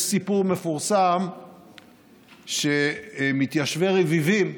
יש סיפור מפורסם שמתיישבי רביבים,